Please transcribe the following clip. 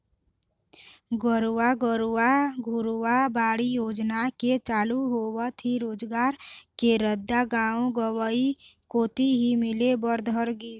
नरूवा, गरूवा, घुरूवा, बाड़ी योजना के चालू होवत ही रोजगार के रद्दा गाँव गंवई कोती ही मिले बर धर लिस